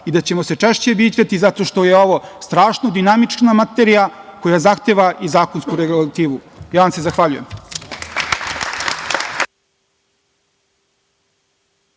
i da ćemo se češće viđati, zato što je ovo strašno dinamična materija koja zahteva i zakonsku regulativu. Zahvaljujem.